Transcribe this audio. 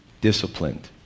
Disciplined